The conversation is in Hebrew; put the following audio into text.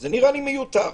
זה נראה לי מיותר.